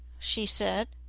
she said,